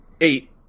eight